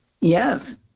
Yes